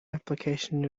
application